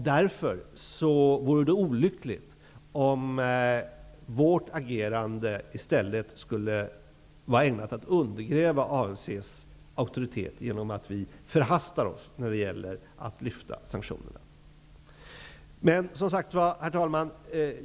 Därför vore det olyckligt om vårt agerande i stället skulle vara ägnat att undergräva ANC:s auktoritet, beroende på att vi förhastar oss när det gäller att lyfta sanktionerna. Herr talman!